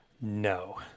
No